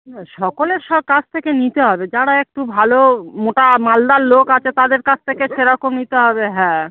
না সকলের স কাছ থেকে নিতে হবে যারা একটু ভালো মোটা মালদার লোক আছে তাদের কাছ থেকে সেরকম নিতে হবে হ্যাঁ